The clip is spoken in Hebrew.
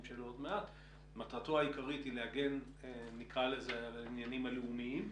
מטרתו העיקרית היא להגן על העניינים הלאומיים.